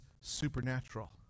supernatural